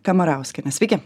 kamarauskiene sveiki